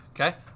Okay